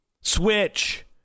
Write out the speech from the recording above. Switch